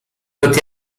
pod